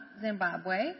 Zimbabwe